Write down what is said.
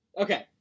Okay